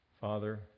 Father